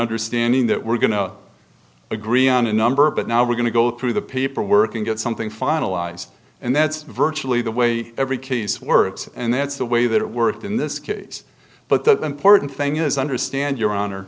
understanding that we're going to agree on a number but now we're going to go through the paperwork and get something finalized and that's virtually the way every case works and that's the way that it worked in this case but the important thing is understand your honor